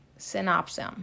synopsis